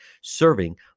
serving